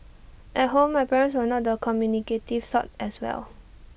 at home my parents were not the communicative sort as well